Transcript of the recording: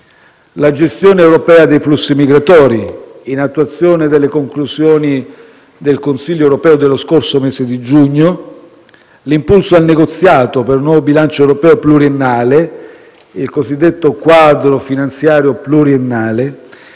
la gestione europea dei flussi migratori, in attuazione delle conclusioni del Consiglio europeo dello scorso mese di giugno; l'impulso al negoziato per nuovo bilancio europeo pluriennale (il cosiddetto quadro finanziario pluriennale);